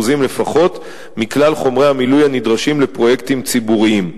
לפחות מכלל חומרי המילוי הנדרשים לפרויקטים ציבוריים,